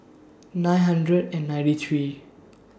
nine hundred and ninety three